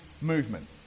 movement